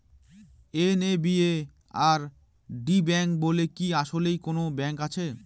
NABARD bank বলে কি আসলেই কোনো ব্যাংক আছে?